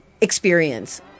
experience